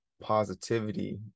positivity